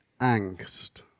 angst